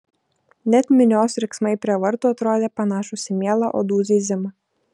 net minios riksmai prie vartų atrodė panašūs į mielą uodų zyzimą